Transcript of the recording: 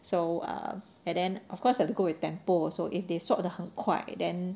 so uh but then of course you have to go with tempo also if they sort 得很快 then